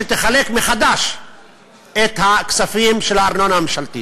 שתחלק מחדש את הכספים של הארנונה הממשלתית.